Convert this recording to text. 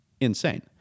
insane